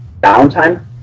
downtime